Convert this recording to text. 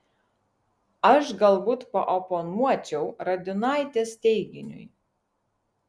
aš galbūt paoponuočiau radiunaitės teiginiui